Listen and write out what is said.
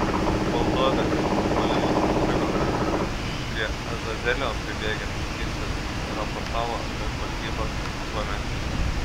valdove puolimas užstrigo prie azazelio pribėgęs gintis raportavo apie žvalgybos duomenis